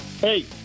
Hey